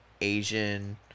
Asian